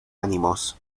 ánimos